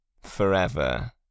forever